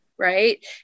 Right